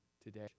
today